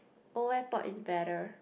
Old-Airport is better